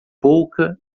pouca